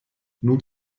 nun